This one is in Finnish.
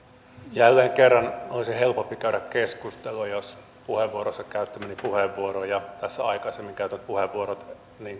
jälleen kerran olisi helpompi käydä keskustelua jos käyttämäni puheenvuoro ja tässä aikaisemmin käytetyt puheenvuorot